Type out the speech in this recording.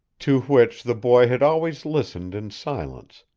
to which the boy had always listened in silence,